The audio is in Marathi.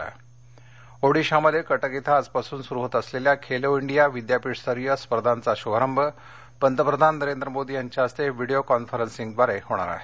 खेलो डिया ओडीशामध्ये कटक इथं आजपासून सुरु होत असलेल्या खेलो इंडिया विद्यापीठस्तरीय स्पर्धांचा शुभारभ पंतप्रधान नरेंद्र मोर्दीच्या हस्ते व्हिडीओ कॉन्फरन्सिंगद्वारे होणार आहे